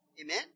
Amen